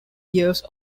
years